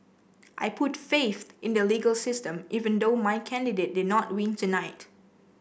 I put faith in the legal system even though my candidate did not win tonight